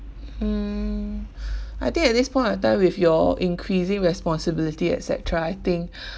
hmm I think at this point of time with your increasing responsibility et cetera I think